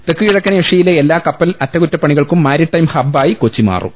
തെക്കുകിഴക്കൻ ഏഷ്യയിലെ എല്ലാ കപ്പൽ അറ്റ കുറ്റപ്പണികൾക്കും മാരിടൈം ഹബ്ബായി കൊച്ചി മാറും